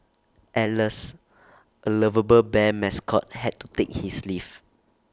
alas A lovable bear mascot had to take his leave